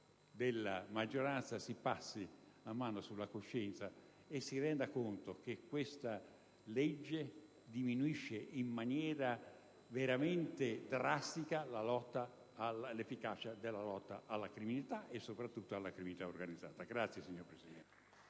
della maggioranza si passi la mano sulla coscienza e si renda conto che questa legge diminuisce in maniera veramente drastica l'efficacia della lotta alla criminalità e soprattutto alla criminalità organizzata. *(Applausi dai Gruppi PD e